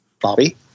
Bobby